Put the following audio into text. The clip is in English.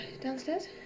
downstairs